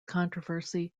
controversy